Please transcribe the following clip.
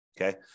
okay